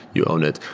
you own it.